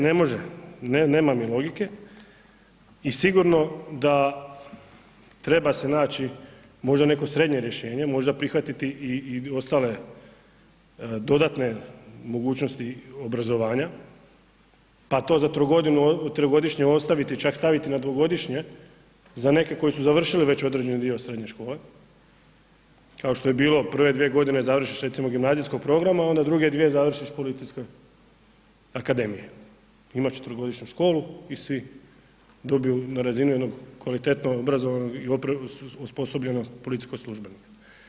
Ne, ne može, nema mi logike, i sigurno da treba se naći možda neko srednje rješenje, možda prihvatiti i ostale dodatne mogućnosti obrazovanja, pa to za trogodišnju ostaviti, čak staviti na dvogodišnje za neke koji su završili već određeni dio srednje škole, kao što je bilo prve dvije godine završiš recimo gimnazijskog programa, a onda druge dvije završiš policijske akademije, ima četverogodišnju školu i svi dobiju na razinu jednog kvalitetno obrazovanog i osposobljenog policijskog službenika.